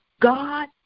God